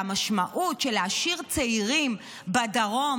והמשמעות של להשאיר צעירים בדרום,